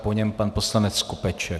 Po něm pan poslanec Skopeček.